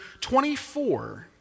24